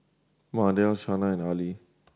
Mardell Shana and Arley